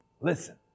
Listen